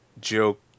joke